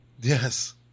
Yes